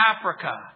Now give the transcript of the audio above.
Africa